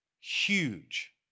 Huge